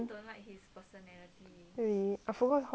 really I forgot how his personality is like